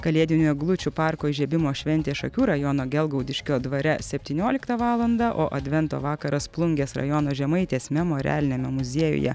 kalėdinių eglučių parko įžiebimo šventė šakių rajono gelgaudiškio dvare septynioliktą valandą o advento vakaras plungės rajono žemaitės memorialiniame muziejuje